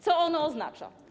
Co ono oznacza?